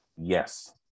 Yes